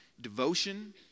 devotion